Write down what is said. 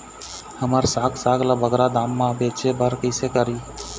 हमर साग साग ला बगरा दाम मा बेचे बर कइसे करी?